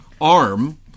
arm